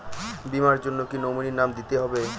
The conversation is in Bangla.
বীমার জন্য কি নমিনীর নাম দিতেই হবে?